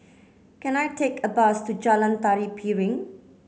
can I take a bus to Jalan Tari Piring